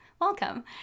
Welcome